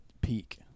peak